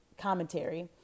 commentary